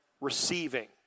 receiving